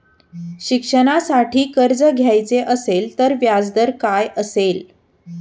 शिक्षणासाठी कर्ज घ्यायचे असेल तर व्याजदर काय असेल?